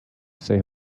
say